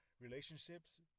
relationships